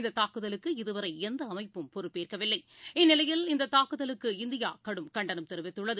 இந்ததாக்குதலுக்கு இதுவரைஎந்தஅமைப்பும் பொறுப்பேற்கவில்லை இந்நிலையில் இந்ததாக்குதலுக்கு இந்தியாகடும் கண்டனம் தெரிவித்துள்ளது